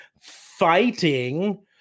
fighting